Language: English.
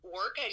work